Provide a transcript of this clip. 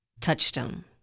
touchstone